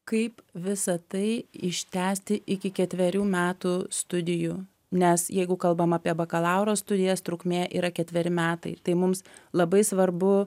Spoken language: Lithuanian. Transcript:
kaip visa tai ištęsti iki ketverių metų studijų nes jeigu kalbam apie bakalauro studijas trukmė yra ketveri metai tai mums labai svarbu